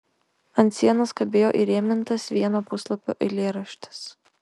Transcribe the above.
ant sienos kabėjo įrėmintas vieno puslapio eilėraštis